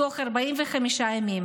תוך 45 ימים.